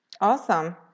Awesome